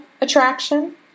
attraction